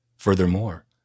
Furthermore